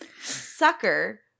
Sucker